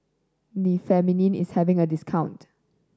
remifemin is having a discount